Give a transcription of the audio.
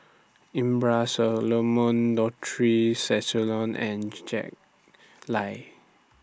Abraham Solomon Dorothy Tessensohn and Jack Lai